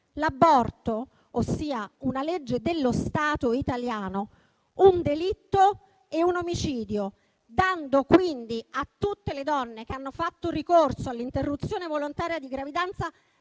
l'aborto, ossia una legge dello Stato italiano, un delitto e un omicidio, dando quindi a tutte le donne che hanno fatto ricorso all'interruzione volontaria di gravidanza